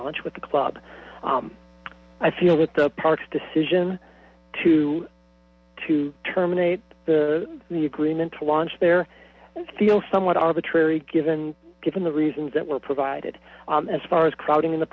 launch with the club i feel that the parks decision to to terminate the agreement to launch there feel somewhat arbitrary given given the reasons that were provided as far as crowding in the